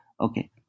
Okay